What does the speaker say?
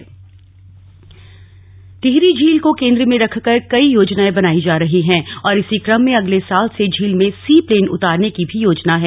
योजना टिहरी झील को केंद्र में रखकर कई योजनाएं बनायी जा रही हैं और इसी क्रम में अगले साल से झील में सी प्लेन उतारने की योजना भी है